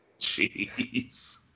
Jeez